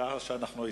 ככה שאנחנו אתך.